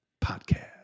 Podcast